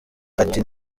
ati